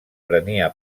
prenia